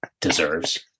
deserves